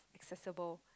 accessible